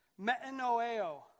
metanoeo